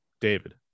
David